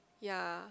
ya